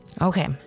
Okay